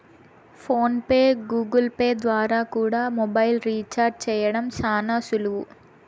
phone pay, Google Pay ద్వారా కూడా mobile recharge చేయడం శానా సులువు